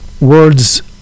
words